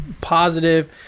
positive